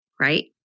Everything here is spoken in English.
Right